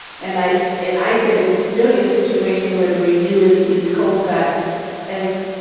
and i so and i said it's really a situation where the reviewers sees colescott as,